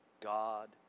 God